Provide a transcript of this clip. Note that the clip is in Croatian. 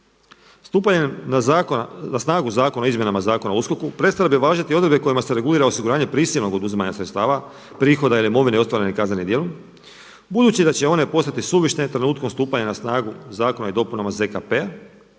Stupanjem na snagu Zakona o izmjenama Zakona o USKOK-u prestale bi važiti odredbe kojima se regulira osiguranje prisilnog oduzimanja sredstava, prihoda ili imovine ostvarene kaznenim djelom. Budući da će one postati suvišne trenutkom stupanja na snagu zakona i dopunama ZKP-a